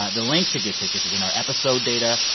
ah the link to get tickets is in our episode data,